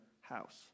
house